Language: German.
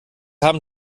haben